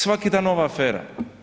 Svaki dan nova afera.